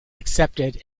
accepted